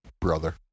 Brother